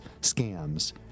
scams